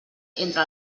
entre